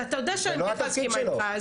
ואתה יודע שאני בדרך כלל מסכימה איתך.